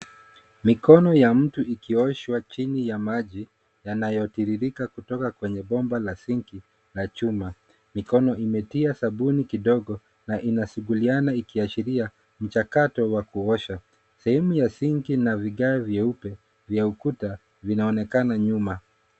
Mikono ya mtu ikioshwa chini ya maji yanayotiririka kutoka kwenye bomba la sinki la chuma. Mikono imetia sabuni kidogo na inasuguliana ikiashiria mchakato wa kuosha. Sehemu ya sinki na vigaa vyeupe vya ukuta vinaonekana nyuma.